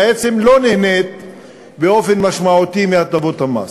בעצם לא נהנית באופן משמעותי מהטבות המס.